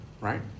right